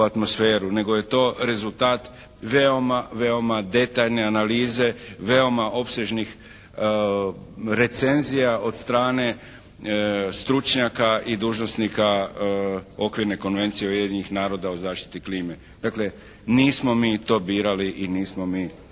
nego je to rezultat veoma, veoma detaljne analize, veoma opstežnih recenzija od strane stručnjaka i dužnosnika Okvirne konvencije Ujedinjenih naroda o zaštiti klime. Dakle, nismo mi to birali i nismo mi